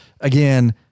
again